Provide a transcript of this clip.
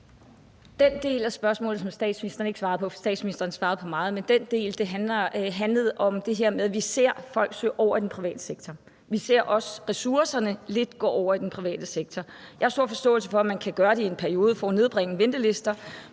den del af spørgsmålet, som statsministeren ikke svarede på, handlede om det her med, at vi ser folk søge over i den private sektor. Vi ser også lidt ressourcerne gå over i den private sektor. Jeg har stor forståelse for, at man kan gøre det i en periode for at nedbringe ventelisterne,